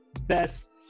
best